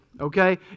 okay